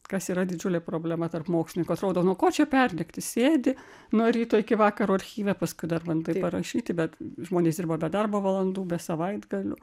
kas yra didžiulė problema tarp mokslininkų atrodo nuo ko čia perdegti sėdi nuo ryto iki vakaro archyve paskui dar bandai parašyti bet žmonės dirba be darbo valandų be savaitgalių